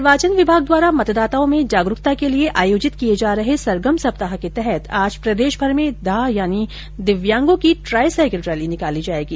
निर्वाचन विभाग द्वारा मतदाताओं में जागरूकता के लिये आयोजित किये जा रहे सरगम सप्ताह के तहत आज प्रदेशभर में धा यानी दिव्यांगों की ट्राई साईकिल रैली निकाली जायेगी